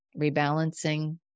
Rebalancing